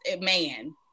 man